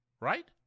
right